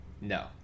No